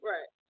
Right